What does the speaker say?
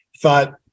thought